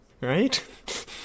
Right